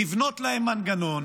לבנות להם מנגנון,